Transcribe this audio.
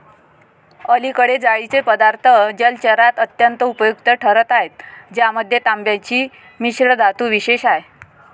अलीकडे जाळीचे पदार्थ जलचरात अत्यंत उपयुक्त ठरत आहेत ज्यामध्ये तांब्याची मिश्रधातू विशेष आहे